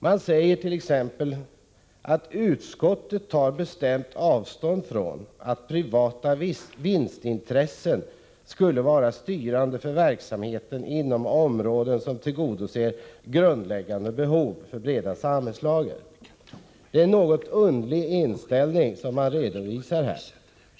Man säger t.ex. följande: ”Utskottet tar bestämt avstånd från att privata vinstintressen skulle vara styrande för verksamheten inom områden som tillgodoser grundläggande behov för breda samhällslager.” Det är en något underlig inställning man redovisar här.